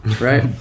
right